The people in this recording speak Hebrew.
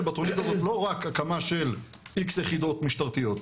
בתוכנית הזאת לא רק הקמה של X יחידות משטרתיות,